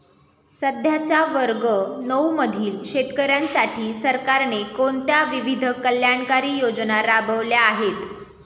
सध्याच्या वर्ग नऊ मधील शेतकऱ्यांसाठी सरकारने कोणत्या विविध कल्याणकारी योजना राबवल्या आहेत?